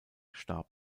starb